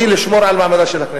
לשמור על מעמדה של הכנסת.